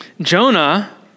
Jonah